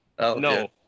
No